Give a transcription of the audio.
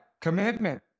commitment